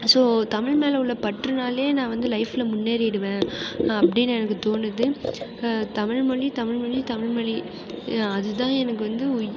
so Tamil மேலே உள்ள பற்றுனாலையே நான் வந்து லைஃப்பில் முன்னேறிவிடுவேன் அப்படின்னு எனக்கு தோணுது தமிழ்மொழி தமிழ்மொழி தமிழ்மொழி அதுதான் எனக்கு வந்து